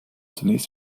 zunächst